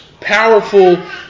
powerful